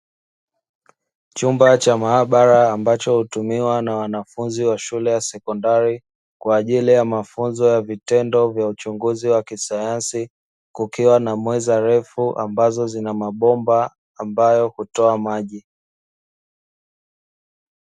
Chumba cha maabara ambacho hutumiwa na wanafunzi wa shule ya sekondari kwa ajili ya mafunzo ya vitendo vya uchunguzi wa kisayansi kukiwa na meza refu ambazo zina mabomba ambayo hutoa maji.